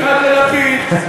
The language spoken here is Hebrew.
אחד ללפיד,